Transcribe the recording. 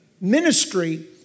ministry